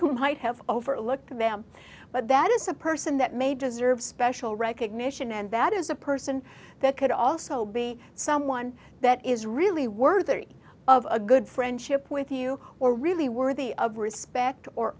might have overlooked them but that is a person that made deserves special recognition and that is a person that could also be someone that is really worthy of a good friendship with you or really worthy of respect or